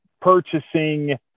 purchasing